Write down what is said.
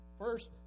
First